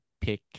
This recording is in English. pick